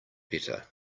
better